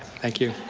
thank you.